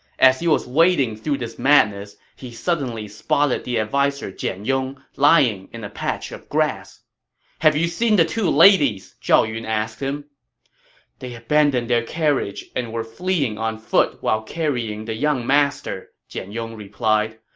as he was wading through this madness, he suddenly spotted the adviser jian yong lying in a patch of grass have you seen the two ladies? zhao yun asked him they abandoned their carriage and were fleeing on foot while carrying the young master, jian yong replied.